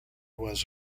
was